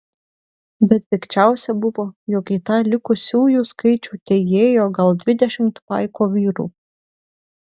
bet pikčiausia buvo jog į tą likusiųjų skaičių teįėjo gal dvidešimt paiko vyrų